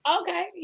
Okay